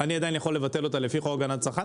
אני עדיין יכול לבטל אותה לפי חוק הגנת הצרכן?